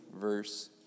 verse